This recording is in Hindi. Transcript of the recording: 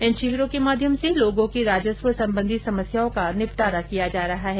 इन शिविरों के माध्यम से लोगों की राजस्व संबंधी समस्याओं का निपटारा किया जा रहा है